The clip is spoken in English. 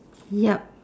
yup